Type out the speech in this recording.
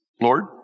Lord